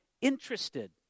interested